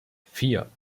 vier